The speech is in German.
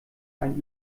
einen